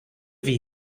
wie